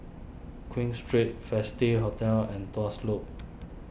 Queen Street Festive Hotel and Tuas Loop